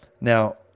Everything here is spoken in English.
Now